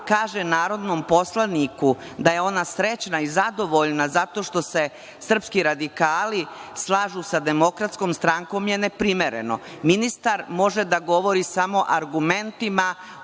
kaže narodnom poslaniku, da je ona srećna i zadovoljna, zato što se srpski radikali slažu sa DS, je neprimereno. Ministar može da govori samo argumentima